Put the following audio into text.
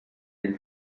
ell